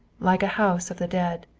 like a house of the dead.